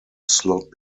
slot